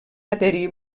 adherir